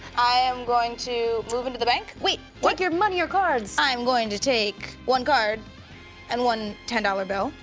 i am going to move into the bank. wait. what? take your money or cards. i am going to take one card and one ten dollars bill,